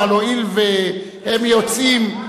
אבל הואיל והם יוצאים,